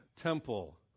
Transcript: temple